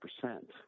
percent